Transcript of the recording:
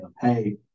hey